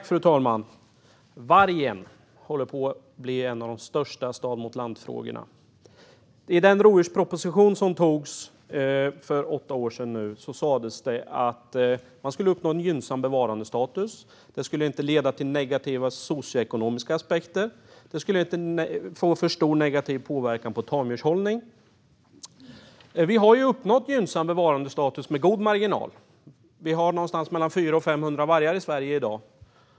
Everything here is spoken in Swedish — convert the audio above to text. Fru talman! Vargen håller på att bli en av de största stad-mot-land-frågorna. I den rovdjursproposition som antogs för åtta år sedan sas det att man skulle uppnå en gynnsam bevarandestatus. Det skulle inte leda till negativa socioekonomiska aspekter. Det skulle inte få för stor negativ påverkan på tamdjurshållning. Vi har med god marginal uppnått gynnsam bevarandestatus. Vi har mellan 400 och 500 vargar i Sverige i dag.